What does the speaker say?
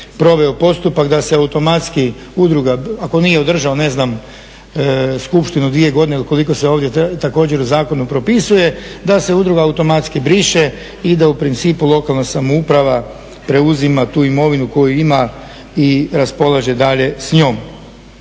proveo postupak da se automatski udruga, ako nije održao, ne znam, skupštinu dvije godine ili koliko se ovdje također u zakonu propisuje, da se udruga automatski briše i da u principu lokalna samouprava preuzima tu imovinu koju ima i raspolaže dalje s njom.